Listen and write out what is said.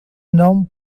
não